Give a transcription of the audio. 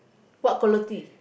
what quality